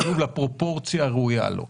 לפרופורציה הראויה לו.